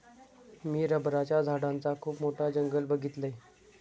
मी रबराच्या झाडांचा खुप मोठा जंगल बघीतलय